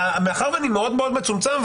מאחר שאני מאוד מאוד מצומצם,